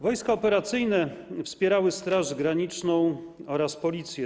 Wojska operacyjne wspierały Straż Graniczną oraz Policję.